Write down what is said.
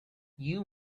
you